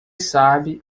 sabe